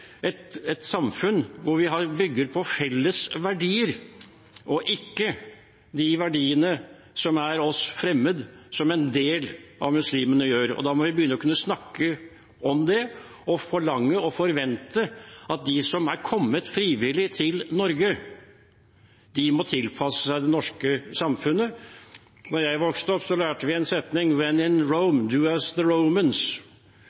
et samfunn hvor vi bygger på felles verdier og ikke de verdiene som er oss fremmed, som en del av muslimene gjør. Da må vi kunne begynne å snakke om det og forlange og forvente at de som har kommet frivillig til Norge, må tilpasse seg det norske samfunnet. Da jeg vokste opp, lærte vi en setning: «When in Rome, do as the Romans»